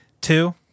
Two